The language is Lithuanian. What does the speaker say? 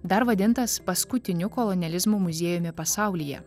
dar vadintas paskutiniu kolonializmo muziejumi pasaulyje